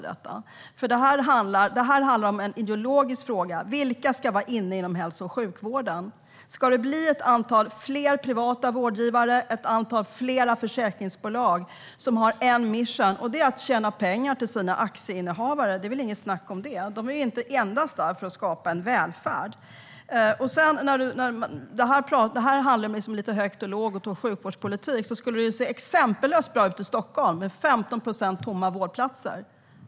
Det här är en ideologisk fråga: Vilka ska vara inne i hälso och sjukvården? Ska det bli fler privata vårdgivare, fler försäkringsbolag? De har en mission, och det är att tjäna pengar till sina aktieinnehavare. Det är väl inget snack om det. De är ju inte där endast för att skapa välfärd. Om det här handlade om högt och lågt och sjukvårdspolitik skulle det se exempellöst bra ut i Stockholm, där det finns ett koncentrat av privata sjukförsäkringar.